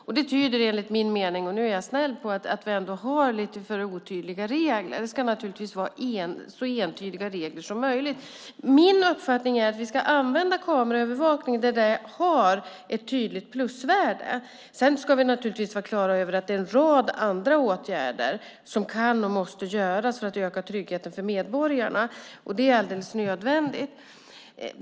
Enligt min mening tyder det - och nu är jag snäll - på att vi har lite för otydliga regler. Det ska naturligtvis vara så entydiga regler som möjligt. Min uppfattning är att vi ska använda kameraövervakning där den har ett tydligt plusvärde. Sedan ska vi vara på det klara med att en rad andra åtgärder kan och måste vidtas för att öka tryggheten för medborgarna. Det är alldeles nödvändigt.